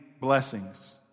blessings